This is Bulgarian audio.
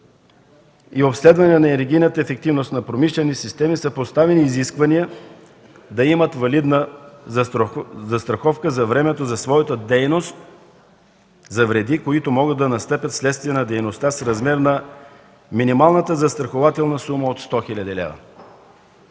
и обследващи енергийната ефективност на промишлени системи, са поставени изисквания да имат валидна застраховка за времето за своята дейност за вреди, които могат да настъпят вследствие на дейността в размер на минималната застрахователна сума от 100 хил. лв.